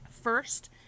First